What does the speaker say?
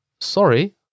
Sorry